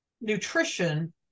nutrition